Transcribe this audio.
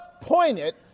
pointed